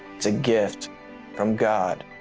it's a gift from god.